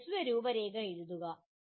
ഒരു ഹ്രസ്വ രൂപരേഖ എഴുതുക